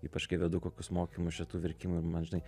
ypač kai vedu kokius mokymus šitų verkimų ir man žinai